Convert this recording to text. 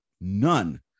None